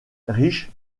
riche